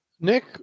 Nick